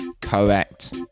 Correct